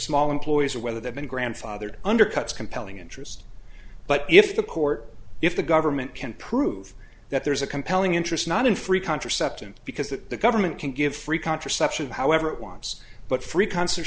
small employers or whether they've been grandfathered undercuts compelling interest but if the court if the government can prove that there's a compelling interest not in free contraception because that the government can give free contraception however it wants but free concert